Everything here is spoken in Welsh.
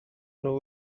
nhw